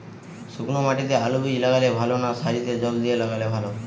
শুক্নো মাটিতে আলুবীজ লাগালে ভালো না সারিতে জল দিয়ে লাগালে ভালো?